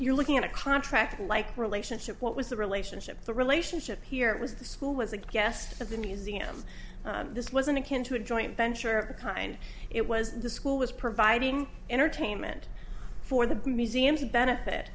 you're looking at a contract like relationship what was the relationship the relationship here was the school was a guest of the museum this wasn't akin to a joint venture of the kind it was the school was providing entertainment for the museums benefit